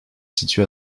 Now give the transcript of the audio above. situe